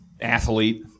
athlete